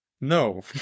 no